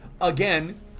again